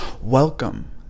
Welcome